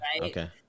Okay